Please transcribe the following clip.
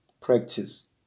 practice